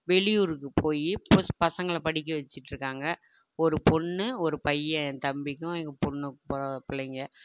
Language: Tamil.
வெளி ஊருக்கு போய் பசங்களை படிக்க வெச்சிட்ருக்காங்க ஒரு பொண்ணு ஒரு பையன் என் தம்பிக்கும் எங்கள் பொண்ணுக்கும் பிள்ளைங்க